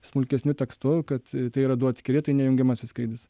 smulkesniu tekstu kad tai yra du atskiri tai ne jungiamasis skrydis